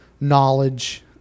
knowledge